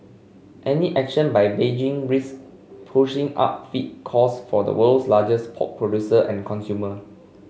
any action by Beijing risk pushing up feed costs for the world's largest pork producer and consumer